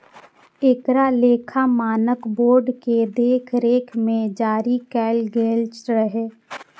एकरा लेखा मानक बोर्ड के देखरेख मे जारी कैल गेल रहै